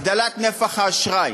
הגדלת נפח האשראי.